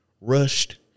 rushed